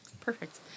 Perfect